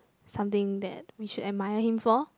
something that we should admire him for